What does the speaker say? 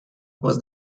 was